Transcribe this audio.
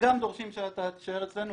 וגם דורשים שתישאר אצלנו,